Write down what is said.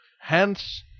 Hence